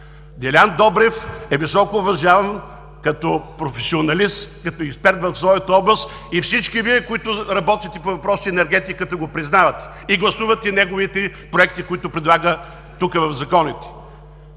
Делян Добрев е високо уважаван като професионалист, като експерт в своята област и всички Вие, които работите по въпросите на енергетиката, го признавате и гласувате неговите проекти, които предлага тук в законите.